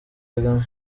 kagame